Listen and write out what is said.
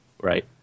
Right